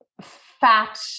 fat